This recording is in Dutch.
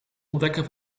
ontdekker